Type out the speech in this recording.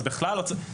אז בכלל לא צריך.